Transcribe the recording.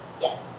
Yes